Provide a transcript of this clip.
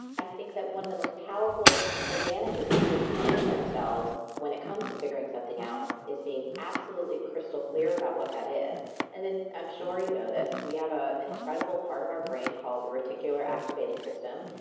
i think that one of the most powerful advantages people can give themselves when it comes to figuring something out is being absolutely crystal clear about what that is and then, i'm sure you know this, we have ah an incredible part of our brain called the reticular activating system.